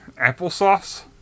Applesauce